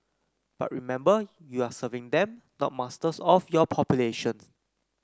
but remember you are serving them not masters of your populations